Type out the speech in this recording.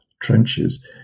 trenches